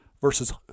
versus